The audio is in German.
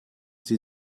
sie